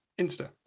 Insta